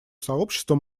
сообщество